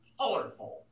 colorful